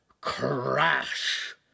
crash